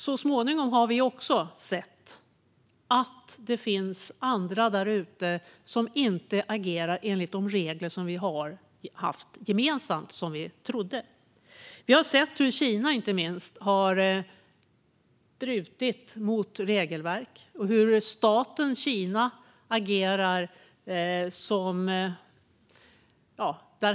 Så småningom har vi sett att det finns andra där ute som inte agerar enligt de regler som vi trodde att vi hade gemensamt. Vi har sett hur inte minst Kina har brutit mot regelverk och hur staten Kina agerar.